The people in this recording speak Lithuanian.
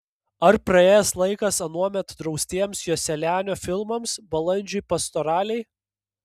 ar praėjęs laikas anuomet draustiems joselianio filmams balandžiui pastoralei